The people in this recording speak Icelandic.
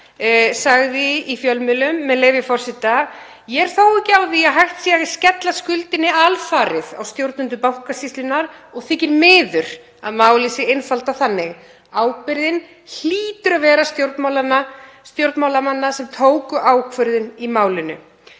sagði í fjölmiðlum, með leyfi forseta: „Ég er þó ekki á því að hægt sé að skella skuldinni alfarið á stjórnendur Bankasýslunnar og þykir miður að málið sé einfaldað þannig. Ábyrgðin hlýtur að vera stjórnmálamanna sem tóku ákvörðun í málinu.“